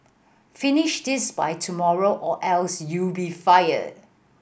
finish this by tomorrow or else you'll be fired